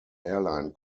airline